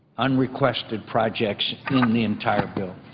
unrequested projects in the entire bill?